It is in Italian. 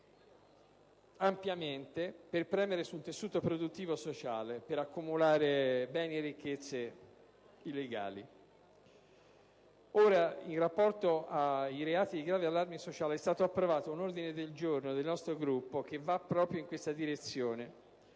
ampiamente per premere sul tessuto produttivo e sociale e per accumulare beni e ricchezze illegali. In rapporto ai reati di grave allarme sociale è stato approvato un ordine del giorno del nostro Gruppo che va proprio in questa direzione: